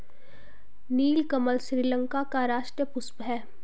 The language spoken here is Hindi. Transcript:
नीलकमल श्रीलंका का राष्ट्रीय पुष्प है